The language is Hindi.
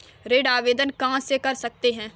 ऋण आवेदन कहां से कर सकते हैं?